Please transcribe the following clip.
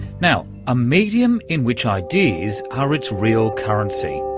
now, a medium in which ideas are its real currency,